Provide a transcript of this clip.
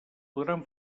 podran